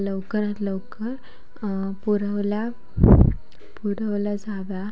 लवकरात लवकर पुरवल्या पुरवल्या जाव्या